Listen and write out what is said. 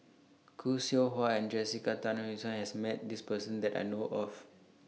Khoo Seow Hwa and Jessica Tan Reason has Met This Person that I know of